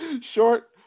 Short